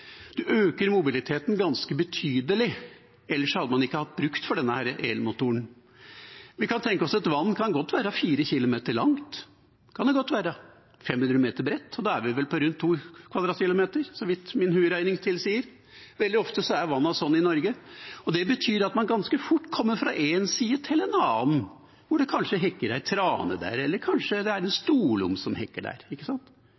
øker mobiliteten ganske betydelig. Ellers hadde man jo ikke hatt bruk for denne elmotoren. Vi kan tenke oss et vann som er 4 km langt – det kan det godt være – og 500 meter bredt. Da er det vel på rundt 2 km 2 , så vidt min hoderegning tilsier. Veldig ofte er vannene slik i Norge, og det betyr at man ganske fort kommer fra én side til en annen, der det kanskje er en trane eller en storlom som hekker. De går på vannet med en